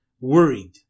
Worried